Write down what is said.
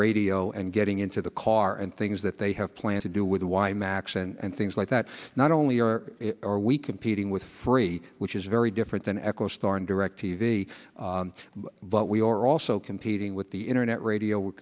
radio and getting into the car and things that they have plan to do with why max and things like that not only are we competing with free which is very different than echo star and direct t v but we are also competing with the internet radio we're